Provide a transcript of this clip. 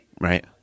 right